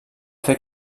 fer